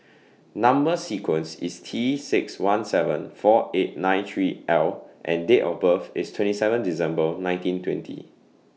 Number sequence IS T six one seven four eight nine three L and Date of birth IS twenty seven December nineteen twenty